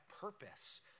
purpose